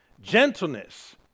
gentleness